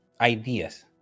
ideas